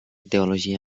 teologia